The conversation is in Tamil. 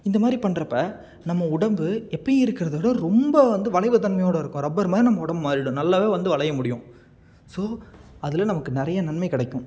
இந்த மாதிரி பண்ணுறப்ப நம்ம உடம்பு எப்போயும் இருக்கிறது விட ரொம்ப வந்து வளைவு தன்மையோடய இருக்கும் ரப்பர் மாதிரி நம்ம உடம்பு மாறிவிடும் நல்லாவே வந்து வளைய முடியும் ஸோ அதில் நமக்கு நிறைய நன்மை கிடைக்கும்